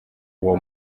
uwo